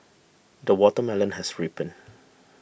the watermelon has ripened